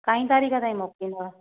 काईं तारीख़ ताईं मोकिलिंदव